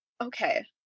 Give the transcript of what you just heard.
Okay